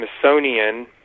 Smithsonian